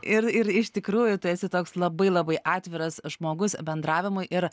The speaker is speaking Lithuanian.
ir ir iš tikrųjų tu esi toks labai labai atviras žmogus bendravimui ir